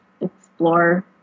explore